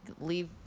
leave